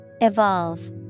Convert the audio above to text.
Evolve